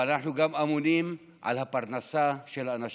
אבל אנחנו אמונים גם על הפרנסה של האנשים.